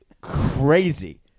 crazy